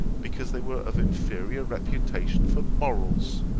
because they were of inferior reputation for morals!